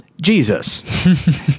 Jesus